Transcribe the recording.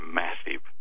massive